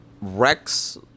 Rex